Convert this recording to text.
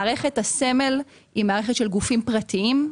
מערכת הסמל היא מערכת של גופים פרטיים,